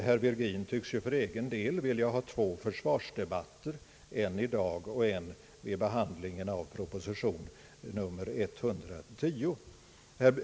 Herr Virgin tycks ju för egen del vilja ha två försvarsdebatter, en i dag och en vid be handlingen av proposition nr 110.